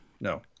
No